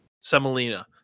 semolina